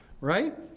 Right